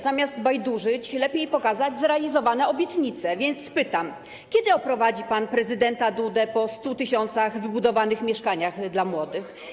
Zamiast bajdurzyć, lepiej pokazać zrealizowane obietnice, więc pytam: Kiedy oprowadzi pan prezydenta Dudę po 100 tys. wybudowanych mieszkań dla młodych?